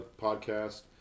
podcast